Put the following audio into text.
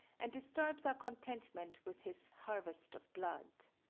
and disturbs our contentment with his harvest of blood.